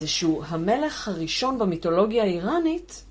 זה שהוא המלך הראשון במיתולוגיה האיראנית.